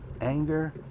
anger